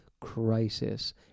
crisis